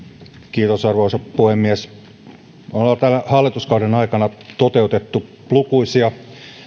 arvoisa puhemies me olemme tämän hallituskauden aikana toteuttaneet lukuisia